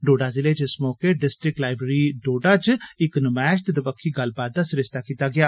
डोडा जिले च इस मौके डिस्ट्रिक लाईब्रेरी डोडा च इक नमैश ते दबक्खी गल्लबात दा सरिस्ता कीता गेया